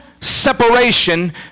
separation